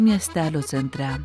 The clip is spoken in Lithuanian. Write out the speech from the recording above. miestelio centre